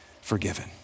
forgiven